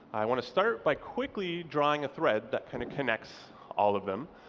i want to start by quickly drawing a thread that kind of connects all of them.